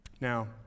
Now